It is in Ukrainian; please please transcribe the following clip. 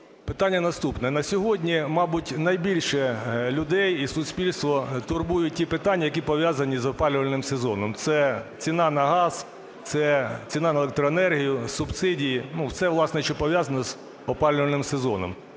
Питання наступне. На сьогодні, мабуть, найбільше людей і суспільство турбують ті питання, які пов'язані з опалювальним сезоном – це ціна на газ, це ціна на електроенергію, субсидії. Ну, все, власне, що пов'язано з опалювальним сезоном.